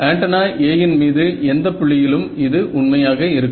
antenna A இன் மீது எந்த புள்ளியிலும் இது உண்மையாக இருக்கும்